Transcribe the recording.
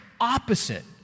opposite